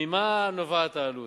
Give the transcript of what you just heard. ממה נובעת העלות?